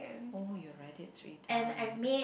oh you write it three times